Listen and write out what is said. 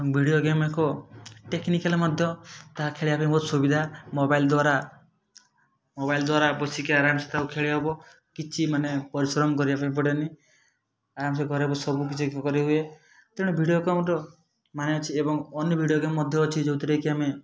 video game ଏକ technical ମଧ୍ୟ ତାହା ଖେଳିବା ପାଇଁ ବହୁତ ସୁବିଧା ମୋବାଇଲ୍ ଦ୍ୱାରା ମୋବାଇଲ୍ ଦ୍ୱାରା ବସିକି ଆରମସେ ତାକୁ ଖେଳି ହେବ କିଛି ମାନେ ପରିଶ୍ରମ କରିବା ପାଇଁ ପଡ଼େନି ଆରମସେ ଘରେ ବସି ସବୁ କିଛି କରିହୁଏ ତେଣୁ ଭିଡ଼ିଓ ଗେମ୍ର ମାନେ ଅଛି ଏବଂ ଅନ୍ୟ ଭିଡ଼ିଓ ଗେମ୍ ମଧ୍ୟ ଅଛି ଯେଉଁଥିରେ କି ଆମେ